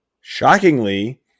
shockingly